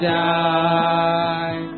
die